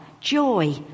joy